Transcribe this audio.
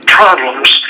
problems